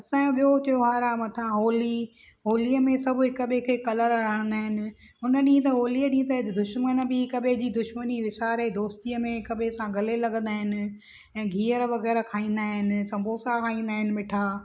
असांजो ॿियो त्योहारु आहे मथां होली होलीअ में सभ हिकु ॿिए खे कलर हड़ंदा आहिनि हुन ॾींहुं त होलीअ ॾींहुं दुश्मन बि हिक ॿिए जी दुश्मनी विसारे दोस्तीअ में हिक ॿिए सां गले लॻंदा आहिनि ऐं ॻीहरु वग़ैरह खाईंदा आहिनि सम्बोसा खाईंदा आहिनि मिठा